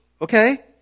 okay